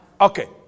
Okay